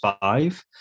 five